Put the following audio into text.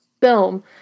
film